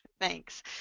Thanks